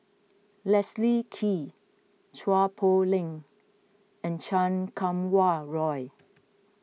Leslie Kee Chua Poh Leng and Chan Kum Wah Roy